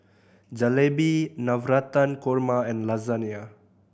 Jalebi Navratan Korma and Lasagne